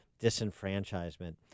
disenfranchisement